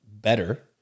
better